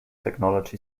technology